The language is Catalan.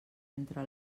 entre